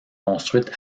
construite